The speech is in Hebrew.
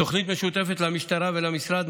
תוכנית משותפת למשטרה ולמשרד,